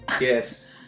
yes